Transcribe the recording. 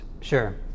sure